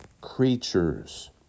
creatures